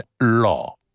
law